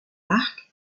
arch